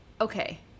Okay